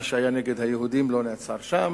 מה שהיה נגד היהודים לא נעצר שם,